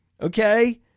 Okay